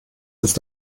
ist